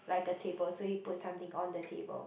like a table so you put something on the table